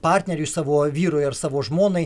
partneriui savo vyrui ar savo žmonai